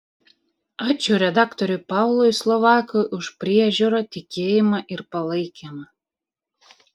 ačiū redaktoriui paului slovakui už priežiūrą tikėjimą ir palaikymą